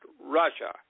Russia